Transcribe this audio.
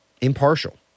impartial